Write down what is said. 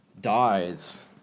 dies